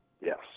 yes